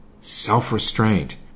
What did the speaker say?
self-restraint